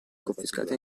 confiscati